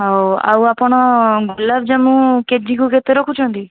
ହଉ ଆଉ ଆପଣ ଗୋଲାପଜାମୁ କେଜିକୁ କେତେ ରଖୁଛନ୍ତି